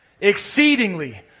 Exceedingly